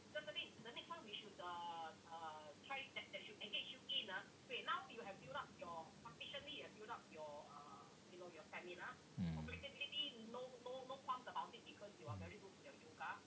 mm